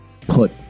put